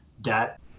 debt